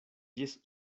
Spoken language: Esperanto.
ĝis